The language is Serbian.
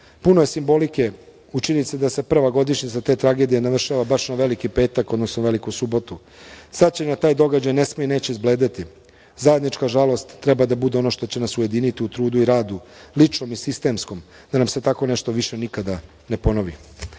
Puno je simbolike u činjenici da se prva godišnjica te tragedije navršava baš na Veliki petak, odnosno Veliku subotu. Sećanje na taj događaj ne sme i neće izbledeti. Zajednička žalost treba da bude ono što će nas ujediniti u trudu i radu, ličnom i sistemskom, da nam se tako nešto više nikada ne ponovi. Ja